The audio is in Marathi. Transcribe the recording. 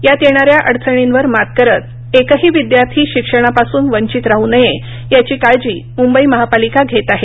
यात येणाऱ्या अडचणींवर मात करत एकही विद्यार्थी शिक्षणापासून वंचित राहू नये याची काळजी मुंबई महापालिका घेत आहे